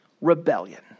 Rebellion